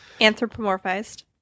anthropomorphized